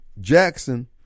Jackson